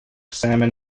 salmon